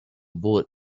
bullet